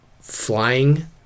flying